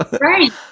right